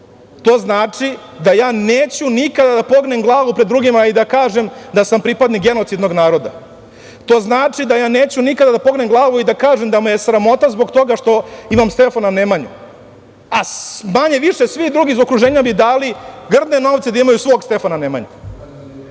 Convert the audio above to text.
To znači da ja neću nikada da pognem glavu pred drugima i da kažem da sam pripadnik genocidnog naroda. To znači da ja neću nikada da pognem glavu i da kažem da me je sramota zbog toga što imam Stefana Nemanju, a manje-više svi drugi iz okruženja bi dali grdne novce da imaju svog Stefana Nemanju,